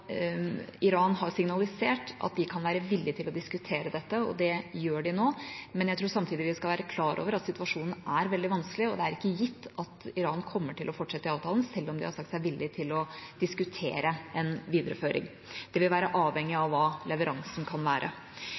det gjør de nå, men jeg tror samtidig at vi skal være klar over at situasjonen er veldig vanskelig, og det er ikke gitt at Iran kommer til å fortsette å være i avtalen, selv om de har sagt seg villige til å diskutere en videreføring. Det vil være avhengig av hva leveransen kan være.